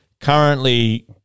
currently –